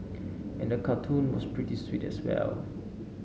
and the cartoon was pretty sweet as well